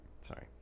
Sorry